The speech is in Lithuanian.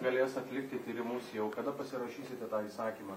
galės atlikti tyrimus jau kada pasirašysite tą įsakymą